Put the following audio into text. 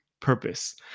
Purpose